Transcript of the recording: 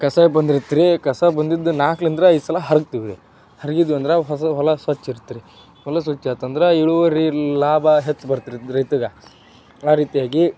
ಕಸ ಬಂದಿರತ್ರಿ ಕಸ ಬಂದಿದ್ದು ನಾಲ್ಕರಿಂದ ಐದು ಸಲ ಹರಗ್ತೀವ್ರಿ ಹರಗಿದ್ವಿ ಅಂದ್ರೆ ಹೊಸ ಹೊಲ ಸ್ವಚ್ಛ ಇರತ್ರಿ ಹೊಲ ಸ್ವಚ್ಛಾತಂದ್ರೆ ಇಳುವರಿ ಲಾಭ ಹೆಚ್ಚು ಬರತ್ರಿ ರೈತಗೆ ಆ ರೀತಿಯಾಗಿ